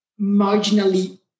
marginally